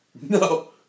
No